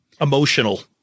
Emotional